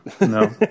no